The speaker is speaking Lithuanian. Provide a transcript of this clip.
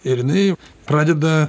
ir jinai pradeda